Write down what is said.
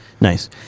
Nice